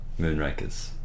Moonrakers